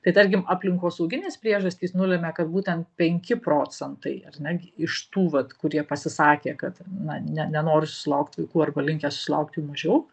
tai tarkim aplinkosauginės priežastys nulemia kad būtent penki procentai ar ne iš tų vat kurie pasisakė kad na ne nenori susilaukt vaikų arba linkę susilaukt jų mažiau